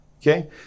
Okay